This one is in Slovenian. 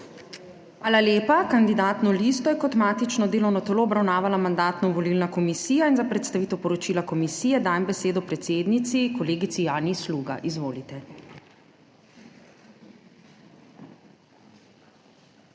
Hvala lepa. Kandidatno listo je kot matično delovno telo obravnavala Mandatno-volilna komisija in za predstavitev poročila komisije dajem besedo predsednici, kolegici Janji Sluga. Izvolite.